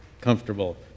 comfortable